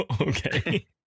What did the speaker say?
okay